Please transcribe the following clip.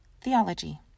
Theology